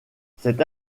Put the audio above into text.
cette